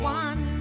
one